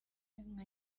nka